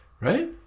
Right